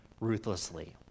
ruthlessly